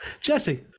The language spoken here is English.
Jesse